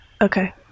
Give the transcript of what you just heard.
Okay